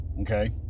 Okay